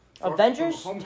Avengers